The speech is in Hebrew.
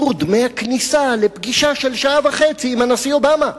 דמי הכניסה לפגישה של שעה וחצי עם הנשיא אובמה.